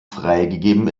freigegeben